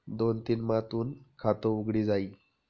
दोन दिन मा तूनं खातं उघडी जाई